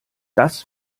das